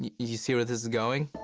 you you see where this is going?